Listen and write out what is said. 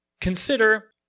Consider